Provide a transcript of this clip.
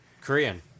Korean